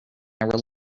rely